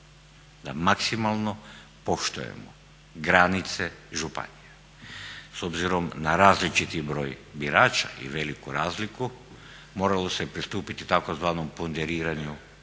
da maksimalno poštujemo granice županija. S obzirom na različiti broj birača i veliku razliku moralo se pristupiti tzv. ponderiranju